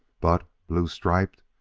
but blue-striped!